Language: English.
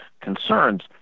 concerns